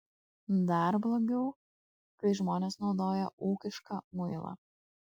dar blogiau kai žmonės naudoja ūkišką muilą